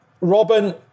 Robin